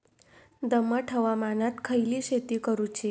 दमट हवामानात खयली शेती करूची?